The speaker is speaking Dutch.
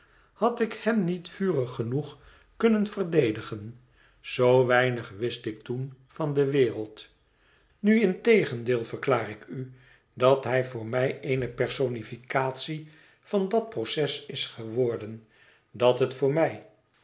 had ik hem niet vurig genoeg kunnen verdedigen zoo weinig wist ik toen van de wereld nu integendeel verklaar ik u dat hij voor mij eene personificatie van dat proces ms geworden dat het voor mij